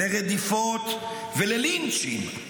לרדיפות וללינצ'ים,